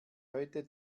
heute